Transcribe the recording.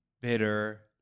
bitter